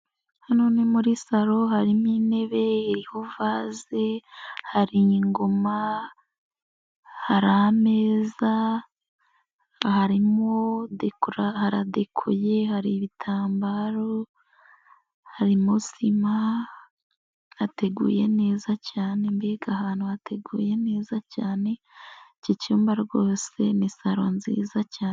Hano ni muri saro harimo intebe iriho vaze, hari ingoma hari ameza, hara dekoye, hari ibitambaro, harimo sima, hateguye neza cyane, mbega ahantu hateguye neza cyane, iki cyumba rwose ni saro nziza cyane.